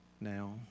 now